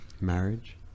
Marriage